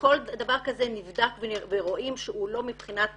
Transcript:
וכל דבר כזה נבדק ורואים שהוא לא מבחינת